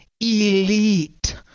elite